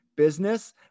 Business